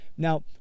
Now